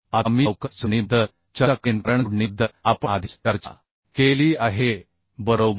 आता मी लवकरच जोडणीबद्दल चर्चा करेन कारण जोडणीबद्दल आपण आधीच चर्चा केली आहे बरोबर